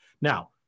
Now